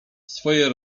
swoje